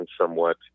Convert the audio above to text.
somewhat